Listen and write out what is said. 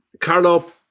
Carlo